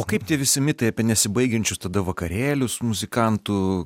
o kaip tie visi mitai apie nesibaigiančius tada vakarėlius muzikantų